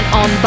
on